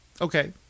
Okay